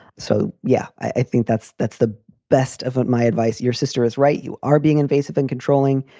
so, yeah, i think that's that's the best of my advice. your sister is right. you are being invasive and controlling.